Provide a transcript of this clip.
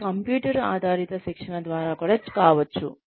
ఇది కంప్యూటర్ ఆధారిత శిక్షణ ద్వారా కూడా కావచ్చు